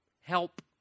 help